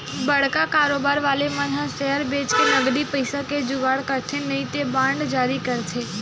बड़का कारोबार वाले मन ह सेयर बेंचके नगदी पइसा के जुगाड़ करथे नइते बांड जारी करके